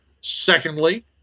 Secondly